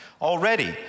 Already